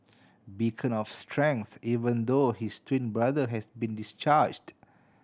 beacon of strength even though his twin brother has been discharged